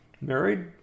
married